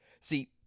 See